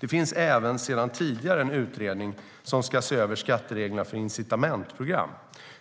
Det finns även sedan tidigare en utredning som ska se över skattereglerna för incitamentsprogram.